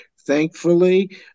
thankfully